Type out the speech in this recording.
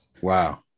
wow